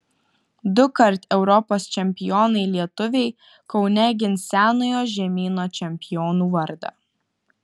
dukart europos čempionai lietuviai kaune gins senojo žemyno čempionų vardą